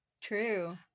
True